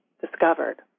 discovered